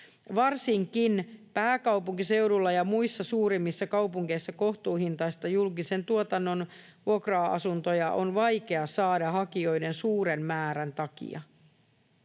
”Varsinkin pääkaupunkiseudulla ja muissa suuremmissa kaupungeissa kohtuuhintaisia julkisen tuotannon vuokra-asuntoja on vaikea saada hakijoiden suuren määrän takia.